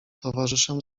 towarzyszem